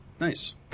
Nice